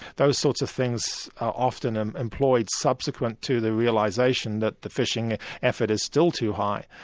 those sorts of things are often ah employed subsequent to the realisation that the fishing effort is still too high.